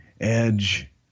Edge